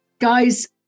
Guys